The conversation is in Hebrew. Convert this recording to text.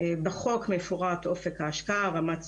בחוק מפורט אופק ההשקעה, רמת סיכון,